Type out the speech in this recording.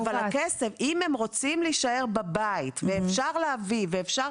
אבל הכסף אם הם רוצים להישאר בבית ואפשר להביא ואפשר